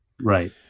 Right